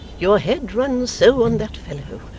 your head runs so on that fellow,